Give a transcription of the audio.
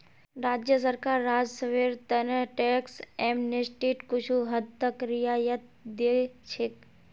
राज्य सरकार राजस्वेर त न टैक्स एमनेस्टीत कुछू हद तक रियायत दी छेक